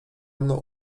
mną